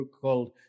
called